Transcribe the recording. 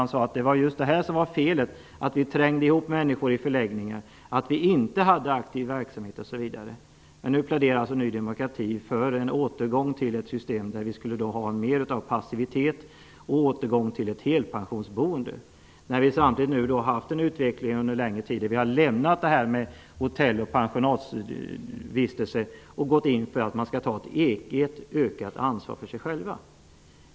Han sade att just det att människor trängdes ihop i förläggningar, att det inte fanns någon aktiv verksamhet osv., var fel. Nu pläderar Ny demokrati för en återgång till ett system som skulle innebära mer passivitet och en återgång till ett helpensionsboende. Samtidigt har det under en längre tid varit en utveckling mot att man skall lämna hotell och pensionatsvistelserna och gå in för att de asylsökande skall ta ett ökat ansvar för sig själva.